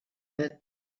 met